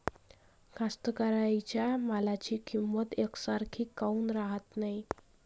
कास्तकाराइच्या मालाची किंमत यकसारखी काऊन राहत नाई?